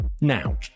Now